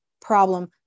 problem